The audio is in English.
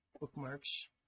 bookmarks